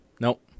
Nope